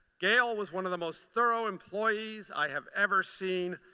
gail was one of the most thorough employees i have ever seen.